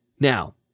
Now